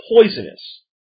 poisonous